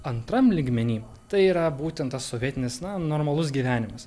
antram lygmeny tai yra būtent tas sovietinis na normalus gyvenimas